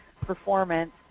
performance